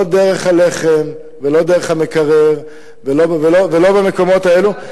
לא דרך הלחם, ולא דרך המקרר ולא במקומות האלה.